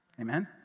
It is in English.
Amen